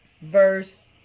verse